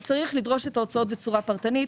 הוא צריך לדרוש אותן בצורה פרטנית,